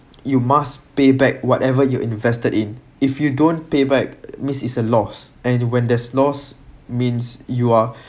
you must payback whatever you invested in if you don't payback means is a loss and when there's loss means you are